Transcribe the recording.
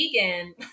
vegan